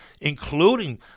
including